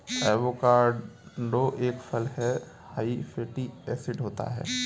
avocado एक फल हैं हाई फैटी एसिड होता है